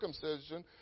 circumcision